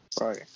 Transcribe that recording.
right